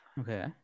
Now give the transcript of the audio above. Okay